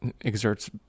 exerts